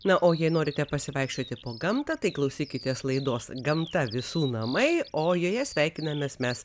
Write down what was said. na o jei norite pasivaikščioti po gamtą tai klausykitės laidos gamta visų namai o joje sveikinamės mes